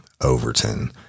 Overton